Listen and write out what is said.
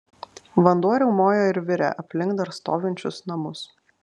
vanduo riaumojo ir virė aplink dar stovinčius namus